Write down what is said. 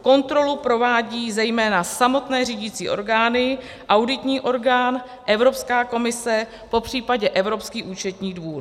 Kontrolu provádějí zejména samotné řídicí orgány, auditní orgán, Evropská komise, popřípadě Evropský účetní dvůr.